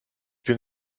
bin